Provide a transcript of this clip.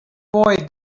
boy